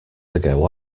ago